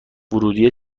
ورودیه